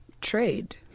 trade